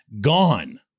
gone